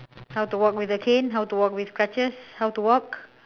how to walk with a cane how to walk with crutches how to walk